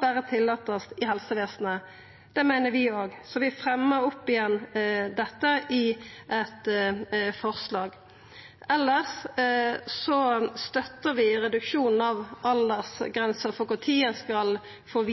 berre må tillatast i helsevesenet. Det meiner vi òg, så vi fremjar dette igjen i eit forslag. Elles støttar vi reduksjonen av aldersgrensa for når ein skal få